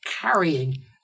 carrying